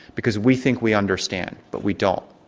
because we think we understand. but we don't.